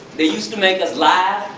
they used to make us laugh,